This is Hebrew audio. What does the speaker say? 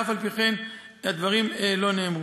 ואף-על-פי-כן הדברים לא נאמרו.